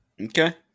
Okay